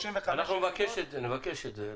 35 יחידות --- אנחנו נבקש את זה בסיכום.